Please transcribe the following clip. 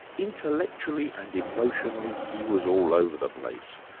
intellectually and emotionally, he was all over the place.